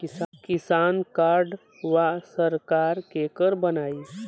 किसान कार्डवा सरकार केकर बनाई?